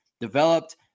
developed